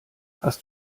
hast